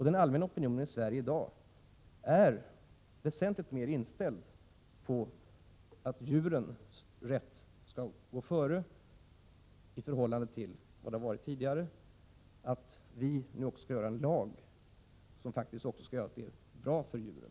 Den allmänna opinionen i Sverige i dag är väsentligt mer inställd på att djurens rätt skall skjutas i förgrunden i förhållande till vad som tidigare gällt och att vi skall stifta en lag som skall göra det bra för djuren.